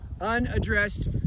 unaddressed